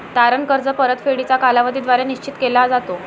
तारण कर्ज परतफेडीचा कालावधी द्वारे निश्चित केला जातो